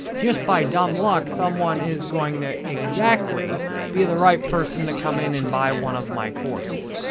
just by dumb luck, someone is going to exactly be the right person to come in and buy one of my courses.